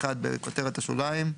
(1)בכותרת השוליים,